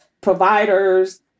providers